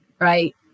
right